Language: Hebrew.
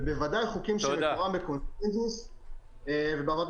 ובוודאי חוקים שמקורם בקונצנזוס --- רצינית.